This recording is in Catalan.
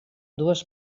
dues